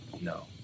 No